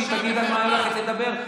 שהיא תגיד על מה הולכת לדבר?